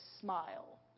smile